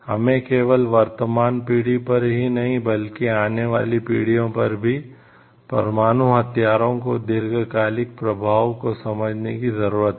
हमें केवल वर्तमान पीढ़ी पर ही नहीं बल्कि आने वाली पीढ़ियों पर भी परमाणु हथियारों के दीर्घकालिक प्रभावों को समझने की जरूरत है